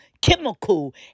chemical